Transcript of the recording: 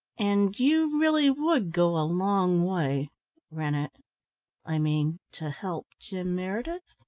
and you really would go a long way rennett i mean, to help jim meredith?